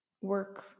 work